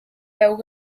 veu